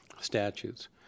Statutes